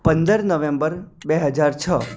પંદર નવેમ્બર બે હજાર છ